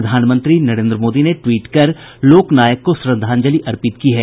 प्रधानमंत्री नरेन्द्र मोदी ने टवीट कर लोकनायक को श्रद्धांजलि अर्पित की है